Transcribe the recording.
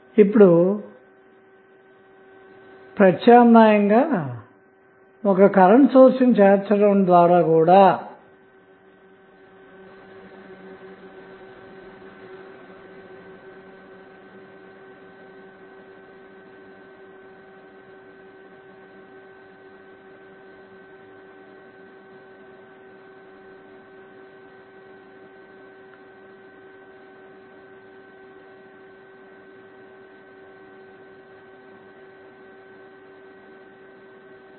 ఇప్పుడు ప్రత్యామ్నాయంగాఒక current source ని చేర్చడం ద్వారా కూడా R th విలువను అంచనా వేయవచ్చు